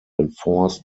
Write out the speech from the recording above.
enforced